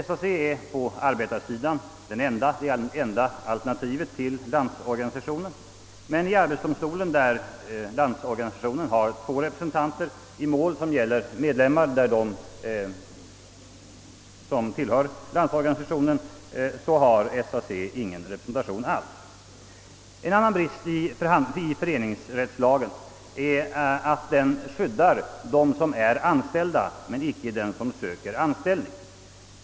SAC är på arbetarsidan det enda alternativet till Landsorganisationen, men i arbetsdomstolen, där Landsorganisationen har två representanter i mål som gäller dess medlemmar, har SAC ingen representation alls. En annan brist i föreningsrättslagen är att den skyddar dem som är anställda men icke dem som söker anställning.